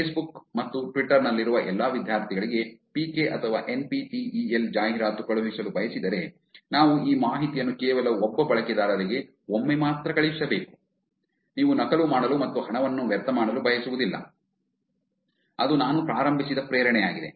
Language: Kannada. ಫೇಸ್ಬುಕ್ ಮತ್ತು ಟ್ವಿಟರ್ ನಲ್ಲಿರುವ ಎಲ್ಲಾ ವಿದ್ಯಾರ್ಥಿಗಳಿಗೆ ಪಿ ಕೆ ಅಥವಾ N P T E L ಜಾಹೀರಾತು ಕಳುಹಿಸಲು ಬಯಸಿದರೆ ನಾವು ಈ ಮಾಹಿತಿಯನ್ನು ಕೇವಲ ಒಬ್ಬ ಬಳಕೆದಾರರಿಗೆ ಒಮ್ಮೆ ಮಾತ್ರ ಕಳುಹಿಸಬೇಕು ನೀವು ನಕಲು ಮಾಡಲು ಮತ್ತು ಹಣವನ್ನು ವ್ಯರ್ಥ ಮಾಡಲು ಬಯಸುವುದಿಲ್ಲ ಅದು ನಾನು ಪ್ರಾರಂಭಿಸಿದ ಪ್ರೇರಣೆಯಾಗಿದೆ